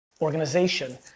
organization